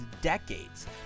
decades